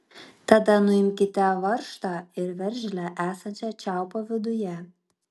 tada nuimkite varžtą ar veržlę esančią čiaupo viduje